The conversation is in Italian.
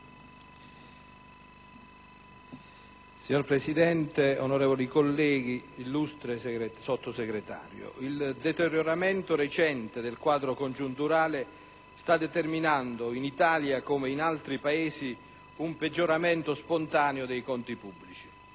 Signor Presidente, onorevoli colleghi, illustre Sottosegretario, il deterioramento recente del quadro congiunturale sta determinando in Italia, come in altri Paesi, un peggioramento spontaneo dei conti pubblici.